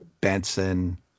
Benson